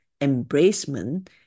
embracement